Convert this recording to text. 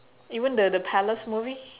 even the the palace movie